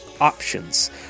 options